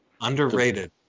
Underrated